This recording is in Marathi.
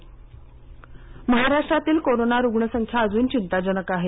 ब्रेक द चेन महाराष्ट्रातील कोरोना रुग्णसंख्या अजून चिंताजनक आहे